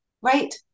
Right